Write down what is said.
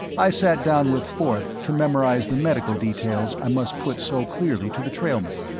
i sat down with forth to memorize the medical details i must put so clearly to the trailmen.